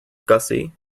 gussie